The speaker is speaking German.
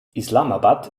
islamabad